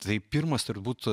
tai pirmas turbūt